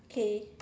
K